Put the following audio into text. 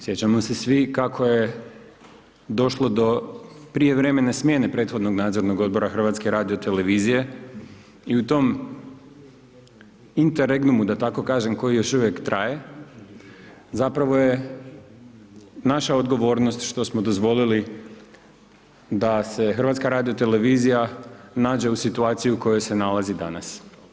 Sjećamo se svi kako je došlo do prijevremene smjene prethodnog nadzornog odbora HRT-a i u tom interregnumu, da tako kažem, koji još uvijek traje, zapravo je naša odgovornost što smo dozvolili da se HRT nađe u situaciji koja se nalazi danas.